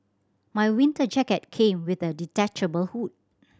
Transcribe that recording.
my winter jacket came with a detachable hood